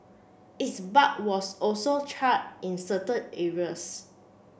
its bark was also charred in certain areas